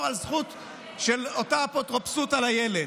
על זכות של אותה אפוטרופסות על הילד?